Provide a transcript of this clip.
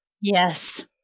Yes